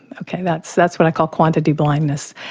yeah, ok, that's that's what i call quantity blindness,